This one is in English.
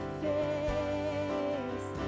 face